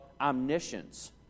omniscience